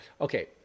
okay